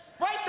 Right